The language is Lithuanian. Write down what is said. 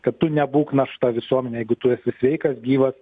kad tu nebūk našta visuomenei jeigu tu esi sveikas gyvas